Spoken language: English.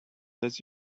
does